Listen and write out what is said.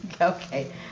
Okay